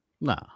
Nah